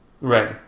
Right